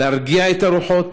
להרגיע את הרוחות,